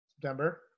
September